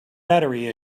battery